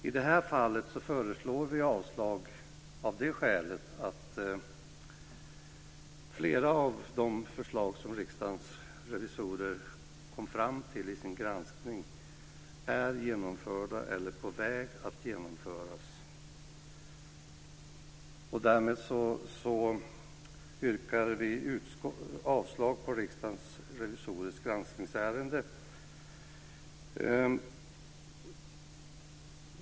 I detta fall föreslår vi avslag av det skälet att flera av de förslag som Riksdagens revisorer kom fram till i sin granskning är genomförda eller på väg att genomföras. Därmed yrkar vi avslag på Riksdagens revisorers förslag.